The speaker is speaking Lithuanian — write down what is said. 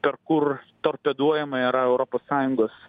per kur torpeduojama yra europos sąjungos